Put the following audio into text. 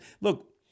look